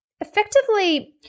effectively